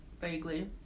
vaguely